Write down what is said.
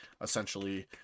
essentially